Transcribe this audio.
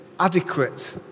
Adequate